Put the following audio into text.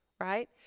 right